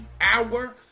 hour